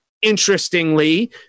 Interestingly